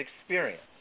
experience